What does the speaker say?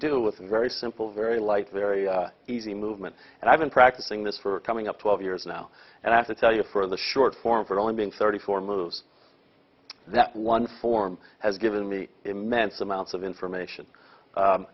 do with a very simple very light very easy movement and i've been practicing this for coming up twelve years now and i have to tell you for the short form for only being thirty four moves that one form has given me immense amounts of information